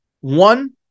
One